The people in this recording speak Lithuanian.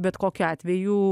bet kokiu atveju